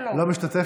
לא משתתפת?